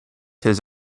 his